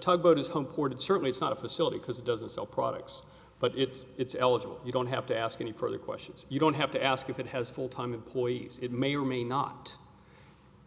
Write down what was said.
tug boat is home ported certainly it's not a facility because it doesn't sell products but it's it's eligible you don't have to ask any further questions you don't have to ask if it has full time employees it may or may not